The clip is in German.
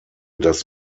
das